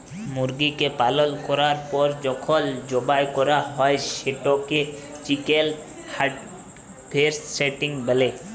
মুরগিকে পালল ক্যরার পর যখল জবাই ক্যরা হ্যয় সেটকে চিকেল হার্ভেস্টিং ব্যলে